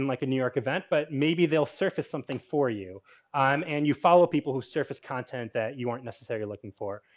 and like a new york event, but maybe they'll surface something for you um and you follow people whose surface content that you weren't necessarily looking for.